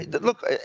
Look